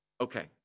Okay